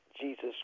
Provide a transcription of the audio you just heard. Jesus